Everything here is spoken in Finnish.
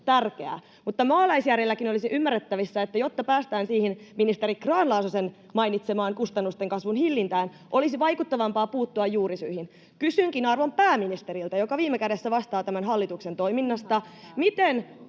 mutta maalaisjärjelläkin olisi ymmärrettävissä, että jotta päästään siihen ministeri Grahn-Laasosen mainitsemaan kustannusten kasvun hillintään, olisi vaikuttavampaa puuttua juurisyihin. Kysynkin arvon pääministeriltä, joka viime kädessä vastaa tämän hallituksen toiminnasta: